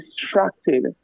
distracted